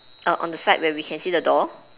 err on the side where we can see the door